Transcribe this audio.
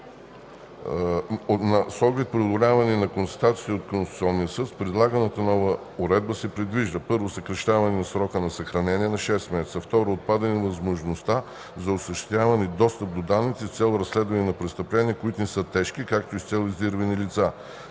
С оглед преодоляване на констатациите от Конституционния съд, с предлаганата нова уредба се предвижда: 1. съкращаване на срока за съхранение на 6 месеца; 2. отпадане на възможността за осъществяване на достъп до данните с цел разследване на престъпления, които не са тежки, както и с цел издирване на